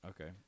Okay